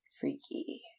Freaky